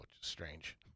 strange